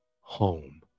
home